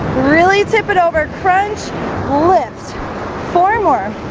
really tip it over crunch lift four more